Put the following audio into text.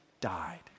died